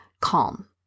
calm